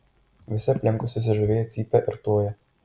visi aplinkui susižavėję cypia ir ploja